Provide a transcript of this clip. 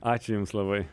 ačiū jums labai